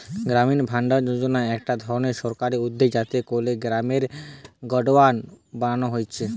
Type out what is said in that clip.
গ্রামীণ ভাণ্ডার যোজনা একটা ধরণের সরকারি উদ্যগ যাতে কোরে গ্রামে গোডাউন বানানা হচ্ছে